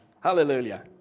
hallelujah